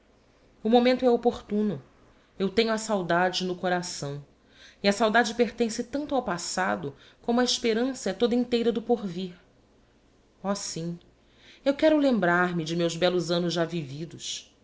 o momento é opportuno eu tenho a saudade no coração e a saudade pertence tanlo ao passado como a esperanja é toda inteira do porvir oh i simi eu quero lembrar-me de meus bellos annos já vividos